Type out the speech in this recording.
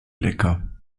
lecker